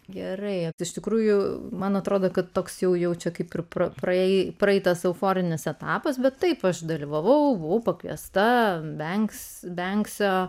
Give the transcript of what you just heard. gerai iš tikrųjų man atrodo kad toks jau jaučia kaip ir pro praėjo praeitas euforinis etapas bet taip aš dalyvavau buvau pakviesta vengsiu